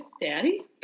Daddy